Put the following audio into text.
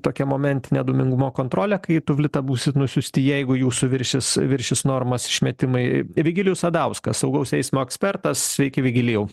tokia momentinė dūmingumo kontrolė kai į tuvlitą būsit nusiųsti jeigu jūsų viršys viršys normas išmetimai vigilijus sadauskas saugaus eismo ekspertas sveiki vigilijau